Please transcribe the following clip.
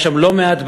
יש שם לא מעט בעיות,